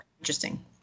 interesting